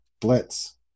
Blitz